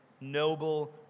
noble